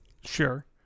Sure